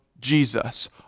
Jesus